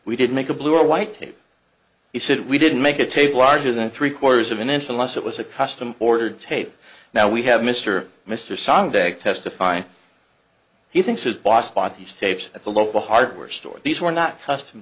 we didn't make a blue or white tape he said we didn't make a table larger than three quarters of an inch or less it was a custom ordered tape now we have mr mr sontag testifying he thinks his boss bought these tapes at the local hardware store these were not custo